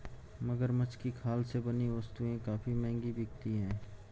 मगरमच्छ की खाल से बनी वस्तुएं काफी महंगी बिकती हैं